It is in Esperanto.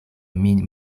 min